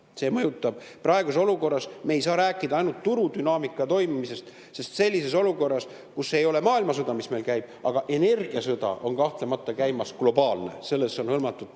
See mõjutab! Praeguses olukorras me ei saa rääkida ainult turudünaamika toimimisest, sest sellises olukorras, kus see ei ole küll maailmasõda, mis meil käib, aga globaalne energiasõda on kahtlemata käimas ja sellesse on hõlmatud